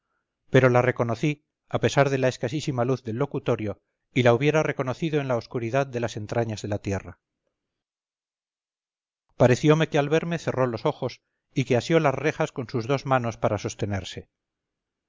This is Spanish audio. pero la reconocí a pesar de la escasísima luz del locutorio y la hubiera reconocido en la oscuridad de las entrañas de la tierra pareciome que al verme cerró los ojos y que asió las rejas con sus dos manos para sostenerse